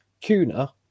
kuna